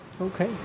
Okay